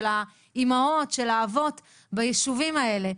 של האימהות והאבות בישובים האלה,